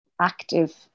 active